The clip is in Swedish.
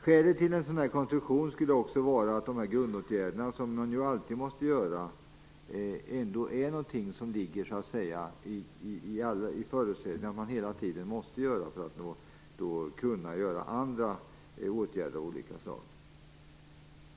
Skälet till en sådan konstruktion skulle vara att de dyraste grundåtgärderna är något som ändå måste göras medan åtgärderna därutöver kan variera med hänsyn till betalningsförmåga.